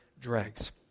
dregs